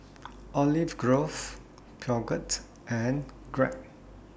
Olive Grove Peugeot and Grab